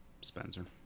Spencer